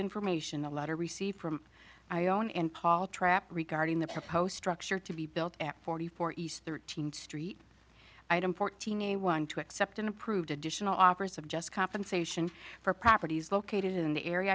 information a letter received from i own and call trap regarding the post structure to be built forty four east thirteenth street item fourteen a one to accept an approved additional offers of just compensation for properties located in the area